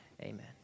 Amen